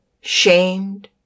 shamed